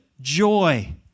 Joy